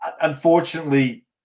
Unfortunately